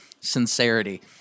sincerity